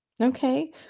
Okay